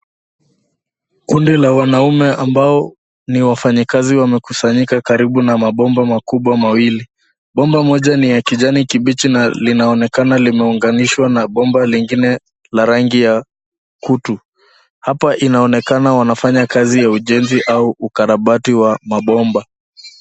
Kundi la wanaume ambao ni wafanyakazi wamekusanyika karibu na mabomba makubwa mawili. Bomba moja ni ya kijani kibichi na linaonekana limeunganishwa na bomba lingine, la rangi ya kutu. Hapa inaonekana wanafanya kazi ya ujenzi, au ukarabati wa mabomba.